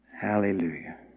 Hallelujah